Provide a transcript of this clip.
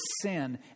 sin